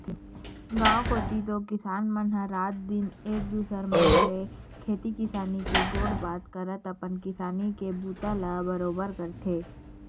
गाँव कोती तो किसान मन ह रात दिन एक दूसर मन ले खेती किसानी के गोठ बात करत अपन किसानी के बूता ला बरोबर करथे